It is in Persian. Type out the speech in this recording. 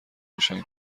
روشن